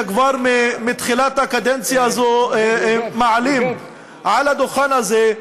כבר מתחילת הקדנציה הזו מעלים מעל הדוכן הזה: